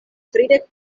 tridek